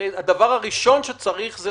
הדבר הראשון שצריך לעשות,